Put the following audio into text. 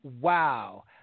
wow